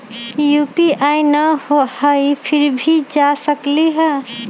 UPI न हई फिर भी जा सकलई ह?